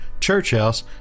Churchhouse